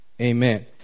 Amen